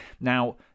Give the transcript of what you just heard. now